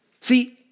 See